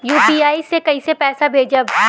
UPI से कईसे पैसा भेजब?